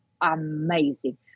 amazing